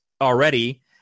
already